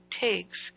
takes